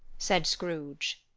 said scrooge.